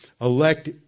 Elect